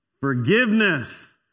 Forgiveness